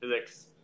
physics